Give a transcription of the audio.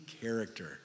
character